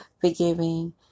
forgiving